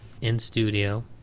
in-studio